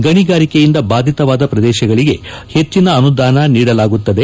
ಗಣಿಗಾರಿಕೆಯಿಂದ ಬಾಧಿತವಾದ ಪ್ರದೇಶಗಳಗೆ ಹೆಚ್ಚನಅನುದಾನ ನೀಡಲಾಗುತ್ತದೆ